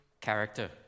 character